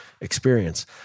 experience